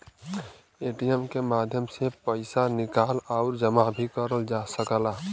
ATM के माध्यम से पइसा निकाल आउर जमा भी करल जा सकला